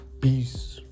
Peace